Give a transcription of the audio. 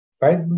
Right